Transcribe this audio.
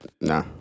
Nah